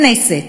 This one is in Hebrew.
הכנסת,